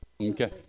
Okay